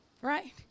right